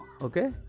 Okay